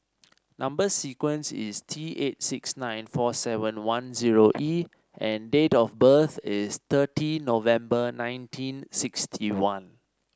number sequence is T eight six nine four seven one zero E and date of birth is thirty November nineteen sixty one